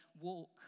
walk